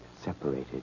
separated